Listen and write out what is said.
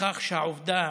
לכך שהעובדה